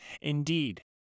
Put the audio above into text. Indeed